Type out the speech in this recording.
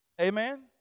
Amen